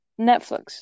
Netflix